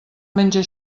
menja